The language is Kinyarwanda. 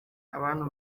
abantu